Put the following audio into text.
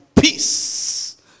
peace